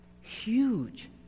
Huge